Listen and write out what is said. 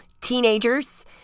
teenagers